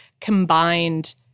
combined